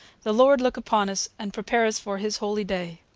the lord look upon us and prepare us for his holy day.